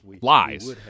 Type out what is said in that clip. lies